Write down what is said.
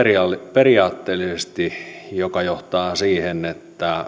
periaatteellisesti mikä johtaa siihen että